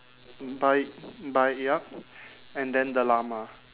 buy buy yup and then the llama